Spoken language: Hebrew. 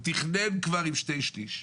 הוא תכנן כבר עם שני שליש.